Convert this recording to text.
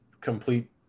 complete